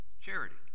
charity